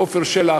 עפר שלח.